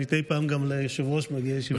מדי פעם גם ליושב-ראש מגיעה שאלת המשך.